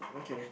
okay